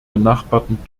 benachbarten